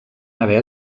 haver